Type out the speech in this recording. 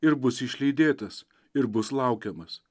ir bus išlydėtas ir bus laukiamas